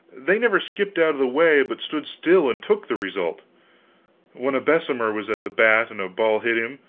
they never skipped out of the way, but stood still and took the result when a bessemer was at the bat and a ball hit him,